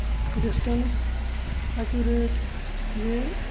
distance accurate way